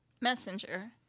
Messenger